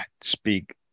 speak